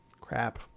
crap